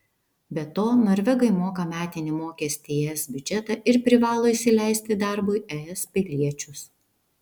be to norvegai moka metinį mokestį į es biudžetą ir privalo įsileisti darbui es piliečius